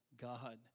God